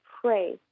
pray